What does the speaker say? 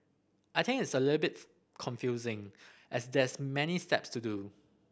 I think it's a little bit confusing as there's many steps to do